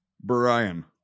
Brian